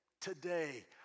today